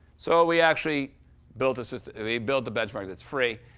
so we actually built a system we built a benchmark that's free.